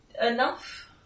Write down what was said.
enough